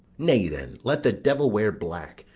nay then, let the devil wear black,